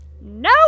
No